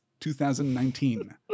2019